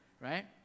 right